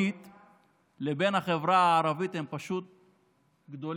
ברחובותיה של ירושלים,